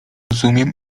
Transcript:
rozumiem